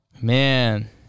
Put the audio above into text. Man